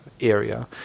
area